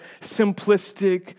simplistic